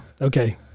Okay